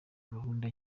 gahunda